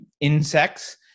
insects